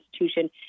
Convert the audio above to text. institution